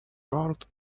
card